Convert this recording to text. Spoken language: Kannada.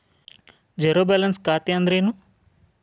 ಝೇರೋ ಬ್ಯಾಲೆನ್ಸ್ ಖಾತೆ ಅಂದ್ರೆ ಏನು?